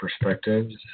perspectives